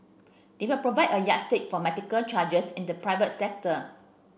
they will provide a yardstick for medical charges in the private sector